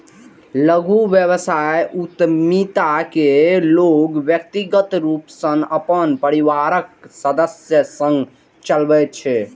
लघु व्यवसाय उद्यमिता कें लोग व्यक्तिगत रूप सं अपन परिवारक सदस्य संग चलबै छै